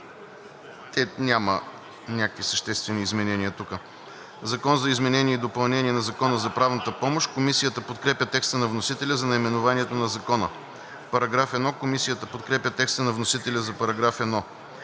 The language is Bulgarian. няма някакви съществени изменения тук. „Закон за изменение и допълнение на Закона за правната помощ“. Комисията подкрепя текста на вносителя за наименованието на Закона. Комисията подкрепя текста на вносителя за § 1.